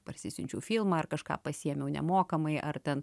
parsisiunčiau filmą ar kažką pasiėmiau nemokamai ar ten